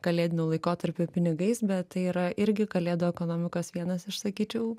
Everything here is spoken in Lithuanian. kalėdiniu laikotarpiu pinigais bet tai yra irgi kalėdų ekonomikos vienas iš sakyčiau